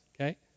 okay